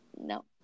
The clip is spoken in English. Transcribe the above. No